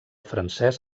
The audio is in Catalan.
francès